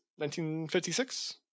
1956